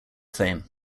fame